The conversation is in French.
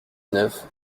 neuf